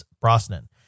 Brosnan